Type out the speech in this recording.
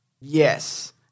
Yes